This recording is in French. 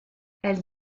elle